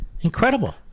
incredible